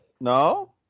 No